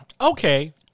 Okay